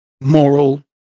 moral